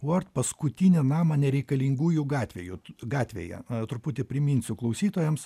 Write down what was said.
vuort paskutinį namą nereikalingųjų gatvėju gatvėje truputį priminsiu klausytojams